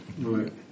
Right